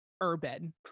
Urban